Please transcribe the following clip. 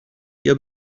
بیا